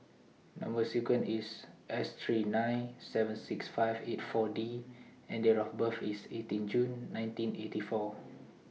Number sequence IS S three nine seven six five eight four D and Date of birth IS eighteen June nineteen eighty four